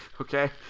Okay